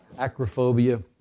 acrophobia